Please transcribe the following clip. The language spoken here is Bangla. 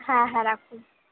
হ্যাঁ হ্যাঁ রাখুন